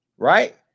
Right